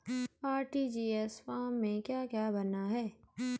RTGS form में क्या क्या भरना है?